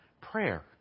prayer